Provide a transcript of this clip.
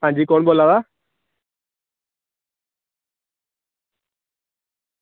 हां जी कु'न बोला दा